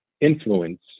influence